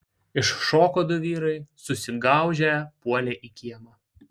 iššoko du vyrai susigaužę puolė į kiemą